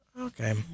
Okay